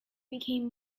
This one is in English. became